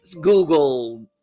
Google